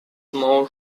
more